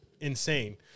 insane